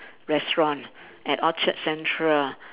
restaurant at Orchard Central